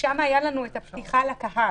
שם הייתה לנו את הפתיחה לקהל.